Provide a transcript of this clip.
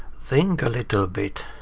think a little bit.